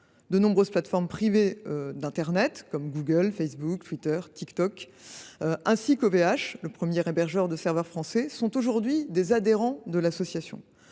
De nombreuses plateformes privées d’internet, comme Google, Facebook, Twitter, Tik Tok, ainsi qu’OVH, le premier hébergeur de serveurs français, sont aujourd’hui des adhérents de l’association.